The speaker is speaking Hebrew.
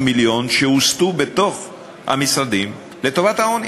מיליון שהוסטו בתוך המשרדים לטובת העוני.